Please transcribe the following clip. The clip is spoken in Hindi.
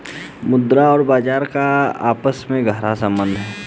मुद्रा और बाजार का आपस में गहरा सम्बन्ध है